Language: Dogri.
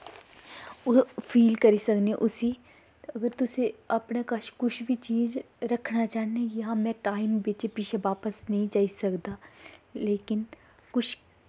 ओह्दा फील करी सकने उसी अगर तुसें अपने कश कुछ बी चीज़ रक्खना चाह्न्ने कि हां में टाईम बिच्च पिच्छें बापस नेईं जाई सकदा लेकिन कुछ